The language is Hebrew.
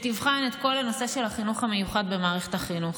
שתבחן את כל הנושא של החינוך המיוחד במערכת החינוך.